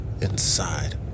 inside